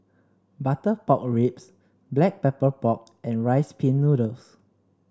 Butter Pork Ribs Black Pepper Pork and Rice Pin Noodles